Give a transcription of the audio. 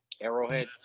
Arrowhead